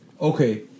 Okay